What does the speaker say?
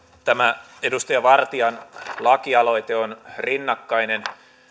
tämä edustaja vartian lakialoite on rinnakkainen